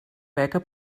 beca